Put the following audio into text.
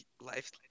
life